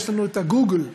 יש לנו גוגל וויקיפדיה,